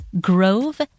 grove